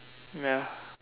ya